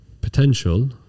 potential